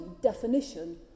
definition